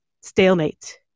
stalemate